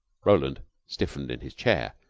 roland stiffened in his chair.